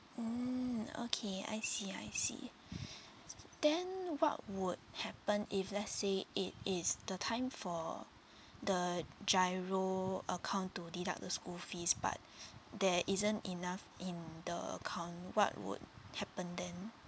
mm okay I see I see then what would happen if let's say it is the time for the GIRO account to deduct the school fees but there isn't enough in the account what would happen then